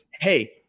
hey